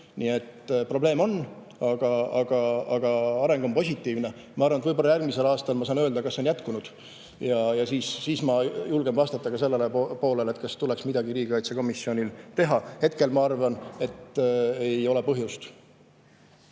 Probleem on, aga areng on positiivne. Ma arvan, et võib-olla järgmisel aastal ma saan öelda, kas see on jätkunud. Siis ma julgen vastata ka [küsimuse] sellele poolele, kas tuleks midagi riigikaitsekomisjonil teha. Hetkel ma arvan, et ei ole põhjust.